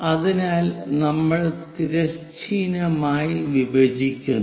അതിനാൽ നമ്മൾ തിരശ്ചീനമായി വിഭജിക്കുന്നു